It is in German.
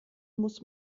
muss